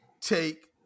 take